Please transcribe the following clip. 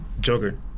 Joker